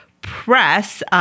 press